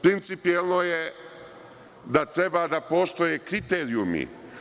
Principijelno je da treba da postoje kriterijumi.